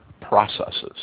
processes